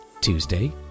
Tuesday